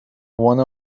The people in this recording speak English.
one